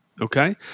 Okay